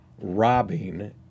robbing